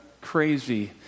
crazy